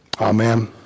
Amen